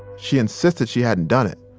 she insisted she hadn't done it,